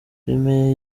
filime